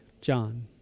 John